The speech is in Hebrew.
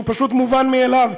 הוא פשוט מובן מאליו,